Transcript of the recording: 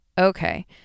Okay